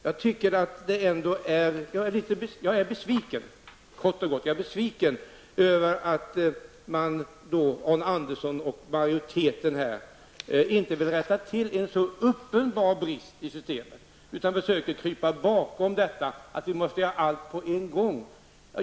Jag är kort och gott besviken över att Arne Andersson och majoriteten inte vill rätta till en sådan uppenbar brist i systemet utan försöker krypa bakom att vi måste göra allt på en gång.